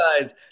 guys